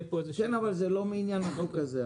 אני שואל שלא תהיה פה איזושהי -- כן אבל זה לא מעניין החוק הזה,